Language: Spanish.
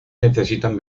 necesitan